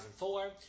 2004